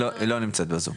היא לא נמצאת בזום.